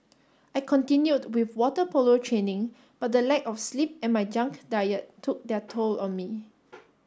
I continued with water polo training but the lack of sleep and my junk diet took their toll on me